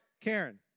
Karen